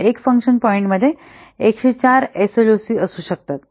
तर 1 फंक्शन पॉईंटमध्ये 104 एसएलओसी असू शकतात